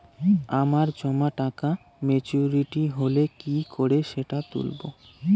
আমার জমা টাকা মেচুউরিটি হলে কি করে সেটা তুলব?